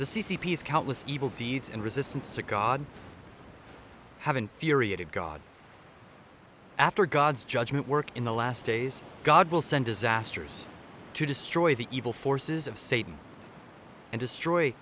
the c c p is countless evil deeds and resistance to god have infuriated god after god's judgement work in the last days god will send disasters to destroy the evil forces of satan and destroy